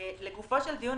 לגופו של הדיון,